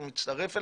ואנחנו נצטרף אליה,